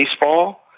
baseball